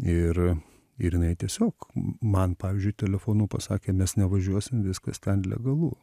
ir ir jinai tiesiog m man pavyzdžiui telefonu pasakė mes nevažiuosim viskas ten legalu